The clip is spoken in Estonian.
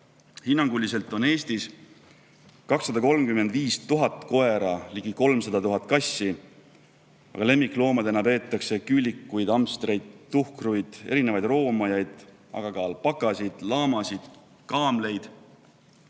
on Eestis 235 000 koera ja ligi 300 000 kassi, aga lemmikloomadena peetakse veel küülikuid, hamstreid, tuhkruid, erinevaid roomajaid, aga ka alpakasid, laamasid ja kaameleid.